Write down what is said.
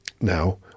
now